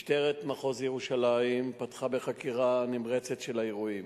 משטרת מחוז ירושלים פתחה בחקירה נמרצת של האירועים,